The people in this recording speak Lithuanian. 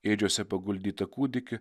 ėdžiose paguldytą kūdikį